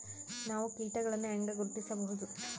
ನಾವು ಕೇಟಗಳನ್ನು ಹೆಂಗ ಗುರ್ತಿಸಬಹುದು?